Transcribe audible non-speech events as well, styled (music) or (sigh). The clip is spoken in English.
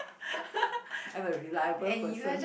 (laughs) I'm a reliable person